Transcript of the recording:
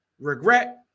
regret